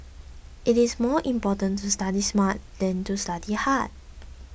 it is more important to study smart than to study hard